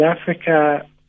Africa